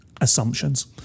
assumptions